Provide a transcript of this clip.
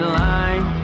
line